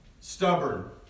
Stubborn